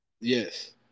Yes